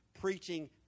preaching